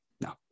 no